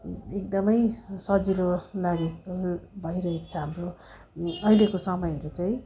एकदमै सजिलो लागि भइरहेको छ हाम्रो अहिलेको समयहरू चाहिँ